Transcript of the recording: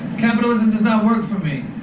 capitalism does not work for me.